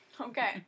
Okay